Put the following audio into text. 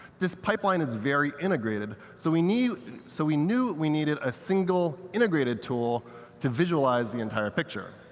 this pipeline is very integrated, so we knew so we knew we needed a single, integrated tool to visualize the entire picture.